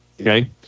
okay